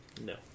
No